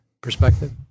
perspective